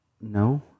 No